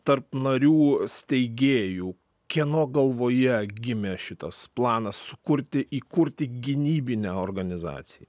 ar tarp narių steigėjų kieno galvoje gimė šitas planas sukurti įkurti gynybinę organizacij